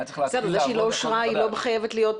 היה צריך להתחיל לעבוד